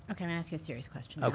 i'm going to ask you a serious question.